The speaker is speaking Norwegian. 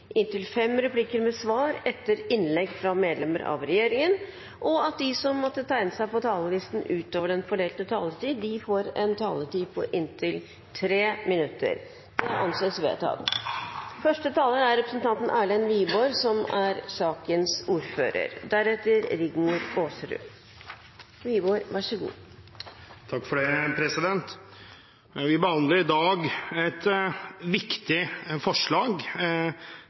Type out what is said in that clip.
inntil fem replikker med svar etter innlegg fra medlemmer av regjeringen innenfor den fordelte taletid, og at de som måtte tegne seg på talerlisten utover den fordelte taletid, får en taletid på inntil 3 minutter. – Det anses vedtatt. Vi behandler i dag et viktig forslag